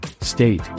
state